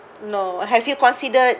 no have you considered